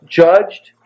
judged